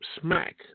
smack